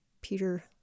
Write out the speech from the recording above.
Peter